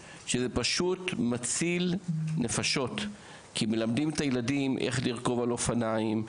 דבר שמציל נפשות כי מלמדים את הילדים איך לרכב על אופניים,